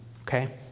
Okay